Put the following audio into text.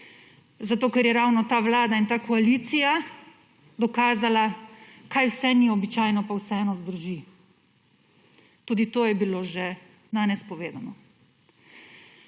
Zato ker je ravno ta vlada in ta koalicija dokazala, kaj vse ni običajno, pa vseeno zdrži. Tudi to je bilo že danes povedano.